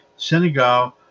Senegal